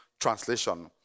translation